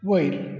वयर